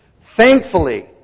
Thankfully